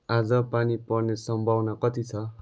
आज पानी पर्ने सम्भावना कति छ